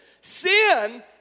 Sin